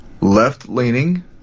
left-leaning